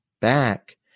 back